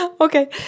Okay